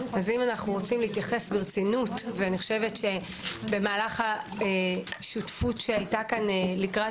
אם רוצים להתייחס ברצינות במהלך השותפות שהייתה כאן לקראת